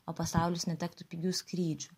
o pasaulis netektų pigių skrydžių